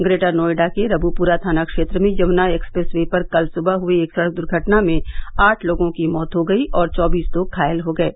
greater Noida के रबुपुरा थाना क्षेत्र में यमुना एक्सप्रेस वे पर कल सुबह हुए एक सड़क दुर्घटना में आठ लोगों की मौत हो गयी और चौबीस लोग घायल हो गये